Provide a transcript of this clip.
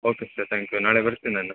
okay sir thank you ನಾಳೆ ಬರ್ತೀನಿ ನಾನು